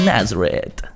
Nazareth